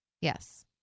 Yes